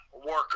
Worker